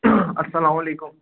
اَسَلامُ علیکُم